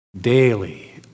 Daily